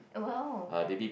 well